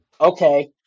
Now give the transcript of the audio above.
Okay